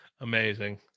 Amazing